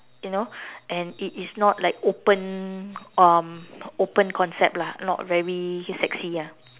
you know and it is not like open um open concept lah not very sexy ah